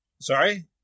Sorry